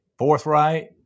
forthright